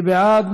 מי בעד?